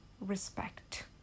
respect